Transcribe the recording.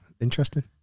interesting